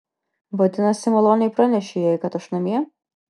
vadinasi maloniai pranešei jai kad aš namie